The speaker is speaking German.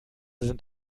sind